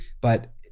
but-